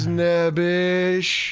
nebbish